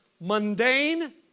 mundane